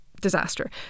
disaster